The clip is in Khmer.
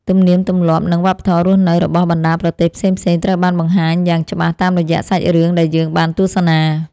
ទំនៀមទម្លាប់និងវប្បធម៌រស់នៅរបស់បណ្ដាប្រទេសផ្សេងៗត្រូវបានបង្ហាញយ៉ាងច្បាស់តាមរយៈសាច់រឿងដែលយើងបានទស្សនា។